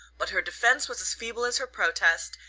but her defence was as feeble as her protest,